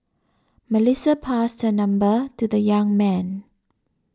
Melissa passed her number to the young man